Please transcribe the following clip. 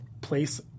place